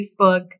Facebook